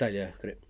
style ya correct